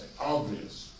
Obvious